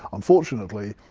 unfortunately,